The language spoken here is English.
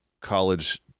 college